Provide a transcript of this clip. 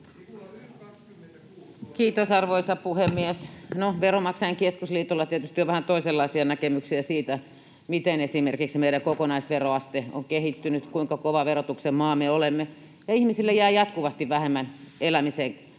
Kiitos, arvoisa puhemies! No, Veronmaksajain Keskusliitolla tietysti on vähän toisenlaisia näkemyksiä siitä, miten esimerkiksi meidän kokonaisveroaste on kehittynyt, kuinka kova verotuksen maa me olemme. Ihmisille jää jatkuvasti vähemmän elämiseen käteen